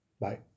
bye